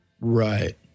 Right